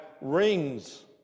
rings